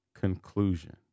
conclusion